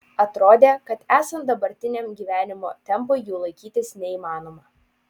atrodė kad esant dabartiniam gyvenimo tempui jų laikytis neįmanoma